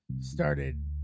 started